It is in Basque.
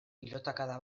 pilotakada